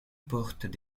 portent